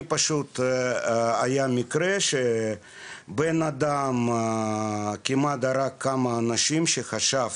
היה מקרה שבן אדם כמעט הרג כמה אנשים כשחשב